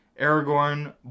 Aragorn